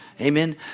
Amen